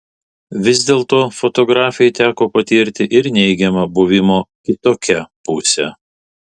vis dėlto fotografei teko patirti ir neigiamą buvimo kitokia pusę